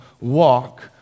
walk